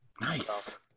Nice